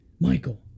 Michael